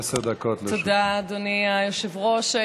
תודה, אדוני היושב-ראש.